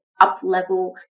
up-level